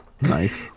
Nice